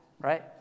Right